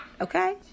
Okay